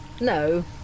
no